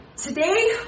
Today